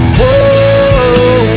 whoa